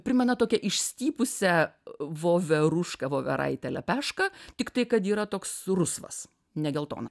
primena tokią išstypusią voverušką voveraitę lepešką tiktai kad yra toks rusvas ne geltona